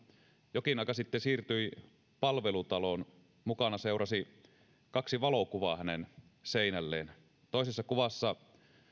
jokin aika sitten siirtyi palvelutaloon mukana seurasi kaksi valokuvaa hänen seinälleen toisessa kuvassa